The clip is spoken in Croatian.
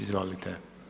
Izvolite.